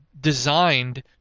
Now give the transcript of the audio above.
designed